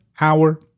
hour